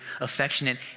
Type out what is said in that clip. affectionate